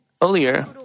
Earlier